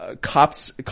cops